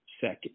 second